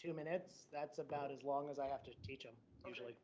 two minutes, that's about as long as i have to teach them usually.